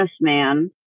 businessman